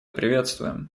приветствуем